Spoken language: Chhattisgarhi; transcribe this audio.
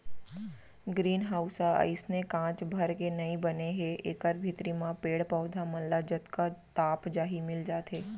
ग्रीन हाउस ह अइसने कांच भर के नइ बने हे एकर भीतरी म पेड़ पउधा मन ल जतका ताप चाही मिल जाथे